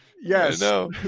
Yes